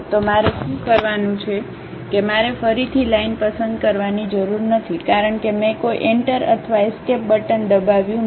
તો મારે શું કરવાનું છે કે મારે ફરીથી લાઈન પસંદ કરવાની જરૂર નથી કારણ કે મેં કોઈ એન્ટર અથવા એસ્કેપ બટન દબાવ્યું નથી